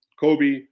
Kobe